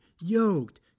yoked